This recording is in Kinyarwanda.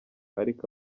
ariko